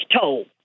told